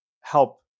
help